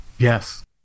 Yes